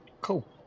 Cool